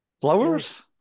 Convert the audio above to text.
Flowers